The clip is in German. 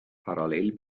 parallel